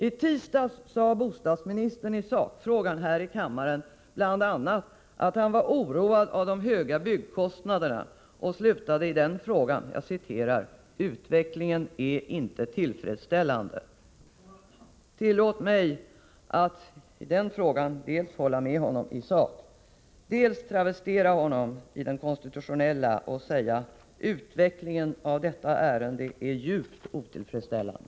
I tisdags sade bostadsministern i sakfrågan här i kammaren bl.a. att han var orolig över de höga byggkostnaderna och avslutade med att konstatera: ”Utvecklingen är inte tillfredsställande.” Tillåt mig att dels hålla med honom i sakfrågan, dels travestera honom i den konstitutionella frågan och säga: Utvecklingen av detta ärende är djupt otillfredsställande.